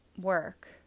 work